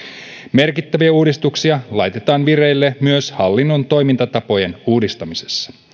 merkittäviä uudistuksia laitetaan vireille myös hallinnon toimintatapojen uudistamisessa